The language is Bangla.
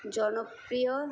জনপ্রিয়